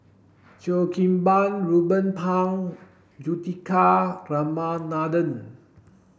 Cheo Kim Ban Ruben Pang Juthika Ramanathan